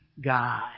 God